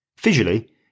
Visually